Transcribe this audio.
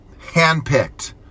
handpicked